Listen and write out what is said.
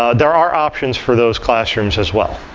ah there are options for those classrooms as well.